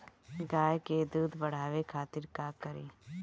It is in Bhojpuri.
गाय के दूध बढ़ावे खातिर का करी?